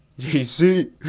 jc